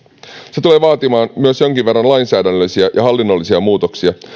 se tulee vaatimaan myös jonkin verran lainsäädännöllisiä ja hallinnollisia muutoksia